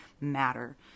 matter